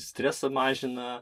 stresą mažina